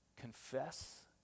confess